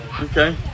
Okay